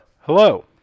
Hello